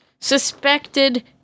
Suspected